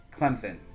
Clemson